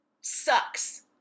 sucks